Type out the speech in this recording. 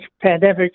pandemic